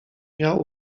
miał